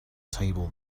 table